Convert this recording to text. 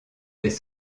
des